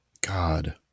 God